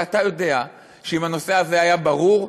הרי אתה יודע שאם הנושא הזה היה ברור,